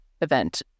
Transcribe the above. event